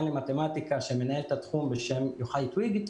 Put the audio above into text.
למתמטיקה שמנהל את התחום בשם יוחאי טויג,